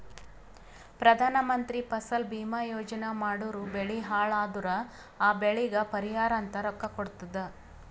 ಪ್ರಧಾನ ಮಂತ್ರಿ ಫಸಲ ಭೀಮಾ ಯೋಜನಾ ಮಾಡುರ್ ಬೆಳಿ ಹಾಳ್ ಅದುರ್ ಆ ಬೆಳಿಗ್ ಪರಿಹಾರ ಅಂತ ರೊಕ್ಕಾ ಕೊಡ್ತುದ್